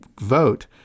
vote